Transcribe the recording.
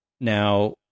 Now